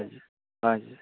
हजुर हजुर